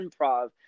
improv